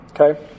Okay